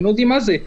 הם לא יודעים מה זה.